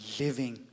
living